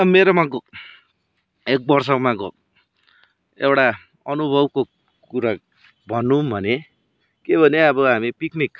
मेरोमा एक वर्षमा एउटा अनुभवको कुरा भनौँ भने के भने अब हामी पिकनिक